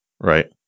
Right